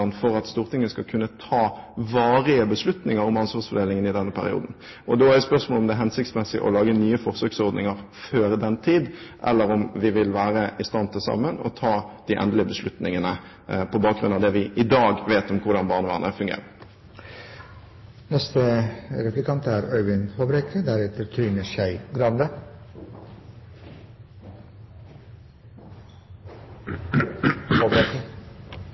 for at Stortinget skal kunne ta varige beslutninger om ansvarsfordelingen i denne perioden. Da er det et spørsmål om det er hensiktsmessig å lage nye forsøksordninger før den tid, eller om vi vil være i stand til sammen å ta de endelige beslutningene på bakgrunn av det vi i dag vet om hvordan barnevernet fungerer.